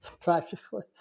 practically